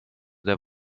der